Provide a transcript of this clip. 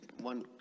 one